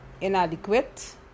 inadequate